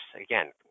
again